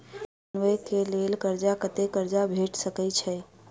घर बनबे कऽ लेल कर्जा कत्ते कर्जा भेट सकय छई?